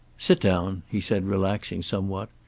sit down, he said, relaxing somewhat.